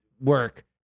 work